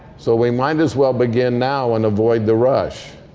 so we might as well begin now and avoid the rush.